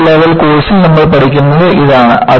ആദ്യ ലെവൽ കോഴ്സിൽ നമ്മൾ പഠിക്കുന്നത് ഇതാണ്